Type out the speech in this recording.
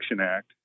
Act